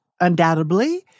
undoubtedly